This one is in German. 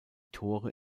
tore